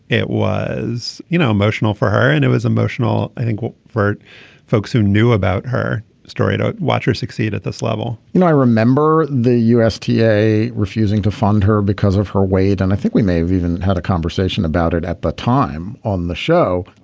it was you know emotional for her and it was emotional i think for folks who knew about her story to watch her succeed at this level you know i remember the usda yeah refusing to fund her because of her weight. and i think we may have even had a conversation about it at the time on the show.